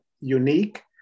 unique